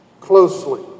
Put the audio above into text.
closely